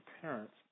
parents